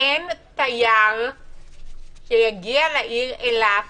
שאין תייר שיגיע לעיר אילת